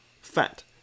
fat